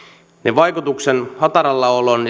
vaikutuksien hataralla pohjalla olon